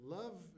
love